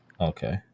Okay